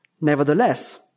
Nevertheless